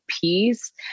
peace